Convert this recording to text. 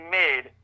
made